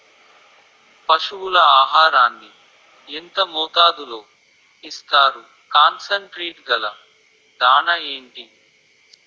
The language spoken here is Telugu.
పశువుల ఆహారాన్ని యెంత మోతాదులో ఇస్తారు? కాన్సన్ ట్రీట్ గల దాణ ఏంటి?